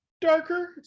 darker